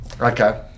okay